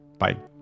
Bye